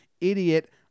idiot